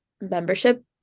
membership